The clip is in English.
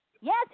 Yes